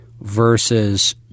versus